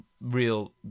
real